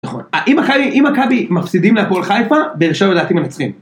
נכון. אם מכבי מפסידים להפעול חיפה, באר שבע לדעתי מנצחים.